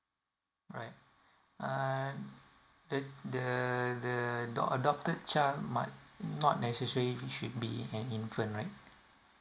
right uh the the the adopt adopted child might not necessary should be an infant right